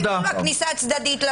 זה נקרא כניסה צדדית.